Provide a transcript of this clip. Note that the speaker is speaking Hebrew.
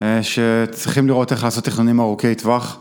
שצריכים לראות איך לעשות תכנונים ארוכי טווח.